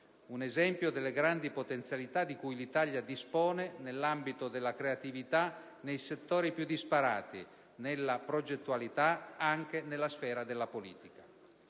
un esempio delle grandi potenzialità di cui l'Italia dispone nell'ambito della creatività nei settori più disparati, nella progettualità anche nella sfera della politica.